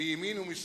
מימין ומשמאל,